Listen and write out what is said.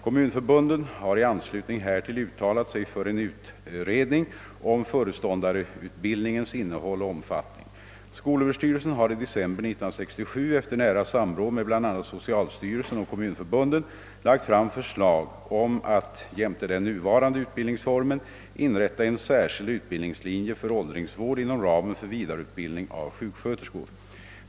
Kommunförbunden har i anslutning härtill uttalat sig för en utredning om föreståndarutbildningens innehåll och omfattning. Skolöverstyrelsen har i december 1967 efter nära samråd med bl.a. socialstyrelsen och kommunförbunden lagt fram förslag om att jämte den nuvarande ut bildningsformen inrätta en särskild utbildningslinje för åldringsvård inom ramen för vidareutbildning av sjuksköterskor.